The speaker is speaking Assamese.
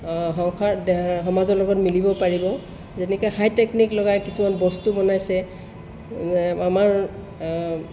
সংসাৰ দে সমাজৰ লগত মিলিব পাৰিব যেনেকৈ হাই টেকনিক লগাই কিছুমান বস্তু বনাইছে আমাৰ